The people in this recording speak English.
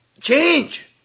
Change